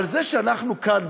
אבל בזה שאנחנו כאן,